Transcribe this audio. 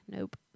Nope